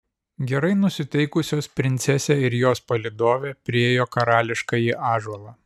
gerai nusiteikusios princesė ir jos palydovė priėjo karališkąjį ąžuolą